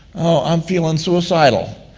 i'm feeling suicidal,